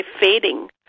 fading